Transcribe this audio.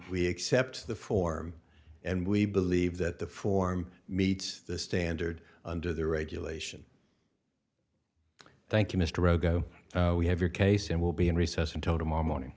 accept the form and we believe that the form meets the standard under the regulations thank you mr rogan we have your case and we'll be in recess until tomorrow morning